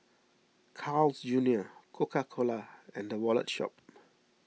Carl's Junior Coca Cola and the Wallet Shop